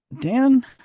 Dan